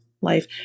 life